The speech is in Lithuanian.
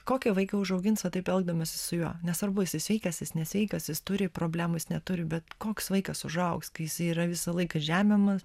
kokį vaiką užaugins va taip elgdamasi su juo nesvarbu jisai sveikas jis nesveikas jis turi problemų jis neturi bet koks vaikas užaugs kai jisai yra visą laiką žemimas